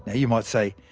you might say,